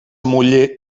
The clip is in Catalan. muller